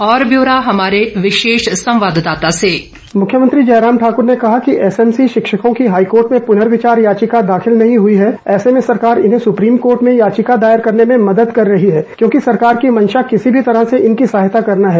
और ब्यौरा हमारे विशेष संवाद दाता से मुख्यमंत्री जयराम ठाकर ने कहा कि एसएमसी शिक्षकों की हाईकोर्ट में पूनर्विचार याविका दाखिल नहीं हुई है ऐसे में सरकार इन्हें सुप्रीम कोर्ट में याचिका दायर करने में मदद कर रही है क्योंकि सरकार की मंशा किसी भी तरह इनकी सहायता करना है